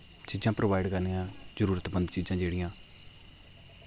चीजां प्रोवाइड करनियां जरूरतमंद चीजां जेह्ड़ियां